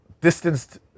distanced